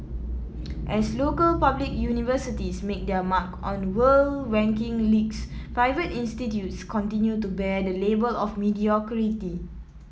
as local public universities make their mark on world ranking leagues private institutes continue to bear the label of mediocrity